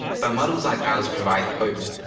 but models like ours provide hope,